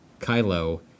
Kylo